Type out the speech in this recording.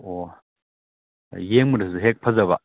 ꯑꯣ ꯌꯦꯡꯕꯗꯁꯨ ꯍꯦꯛ ꯐꯖꯕ